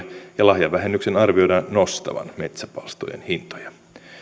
ja lahjavähennyksen arvioidaan nostavan metsäpalstojen hintoja